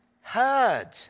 heard